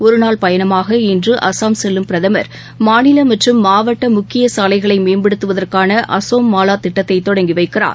ஒருநாள் பயணமாக இன்று அஸ்ஸாம் செல்லும் பிரதமர் மாநில மற்றும் மாவட்ட முக்கிய சாலைகளை மேம்படுத்துவதற்கான அஸோம் மாலா திட்டத்தை தொடங்கி வைக்கிறார்